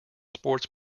sports